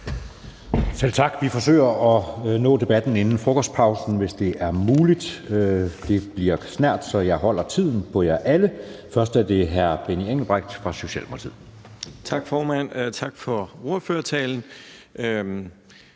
Selv tak. Vi forsøger at nå debatten inden frokostpausen, hvis det er muligt. Det bliver snert på, så jeg holder tiden for jer alle. Først er det hr. Benny Engelbrecht fra Socialdemokratiet. Kl. 11:48 Benny